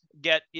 get